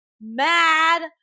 mad